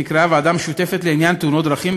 שנקראה ועדה משותפת לעניין תאונות דרכים,